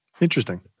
Interesting